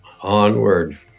Onward